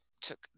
took